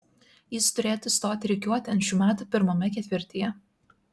jis turėtų stoti rikiuotėn šių metų pirmame ketvirtyje